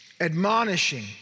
admonishing